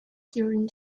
during